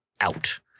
Out